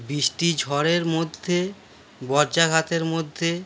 বৃষ্টি ঝড়ের মধ্যে বজ্রাঘাতের মধ্যে